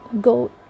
go